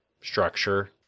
structure